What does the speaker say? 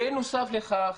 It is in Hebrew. בנוסף לכך